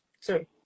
Sorry